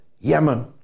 Yemen